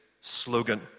slogan